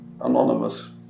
anonymous